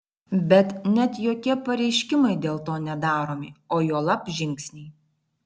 bet net jokie pareiškimai dėl to nedaromi o juolab žingsniai